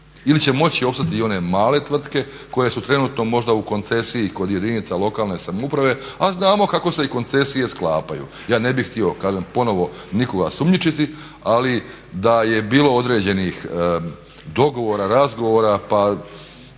ili će moći opstati i one male tvrtke koje su trenutno možda u koncesiji kod jedinica lokalne samouprave a znamo kako se i koncesije sklapaju. Ja ne bih htio, kažem ponovo nikoga sumnjičiti ali da je bilo određenih dogovora, razgovora pa